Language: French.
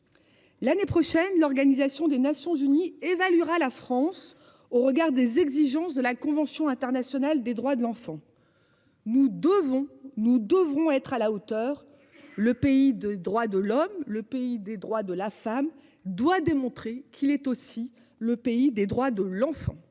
L'année prochaine. L'Organisation des Nations-Unies évaluera la France au regard des exigences de la convention internationale des droits de l'enfant. Nous devons nous devrons être à la hauteur. Le pays de droits de l'homme, le pays des droits de la femme doit démontrer qu'il est aussi le pays des droits de l'enfant.--